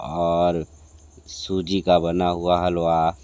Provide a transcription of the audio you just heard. और सूजी का बना हुआ हलवा